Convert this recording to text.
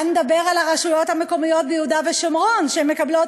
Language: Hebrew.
מה נדבר על הרשויות המקומיות ביהודה ושומרון שמקבלות